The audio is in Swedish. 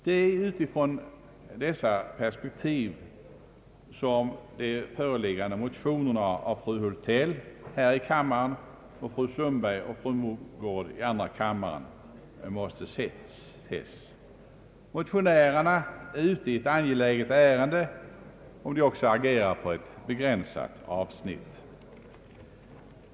Det är utifrån dessa perspektiv som de föreliggande motionerna av fru Hultell i denna kammare samt av fru Sundberg och fru Mogård i andra kammaren måste ses. Motionärerna är ute i ett angeläget ärende, om de också agerar på ett begränsat avsnitt.